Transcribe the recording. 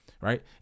Right